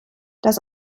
das